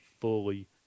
fully